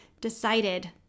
decided